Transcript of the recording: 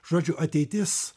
žodžiu ateitis